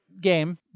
game